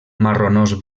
marronós